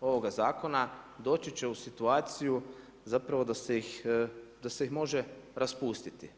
ovoga zakona, doći će u situaciju, zapravo da ih se može raspustiti.